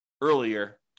earlier